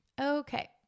Okay